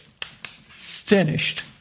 finished